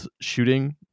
shooting